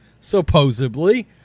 supposedly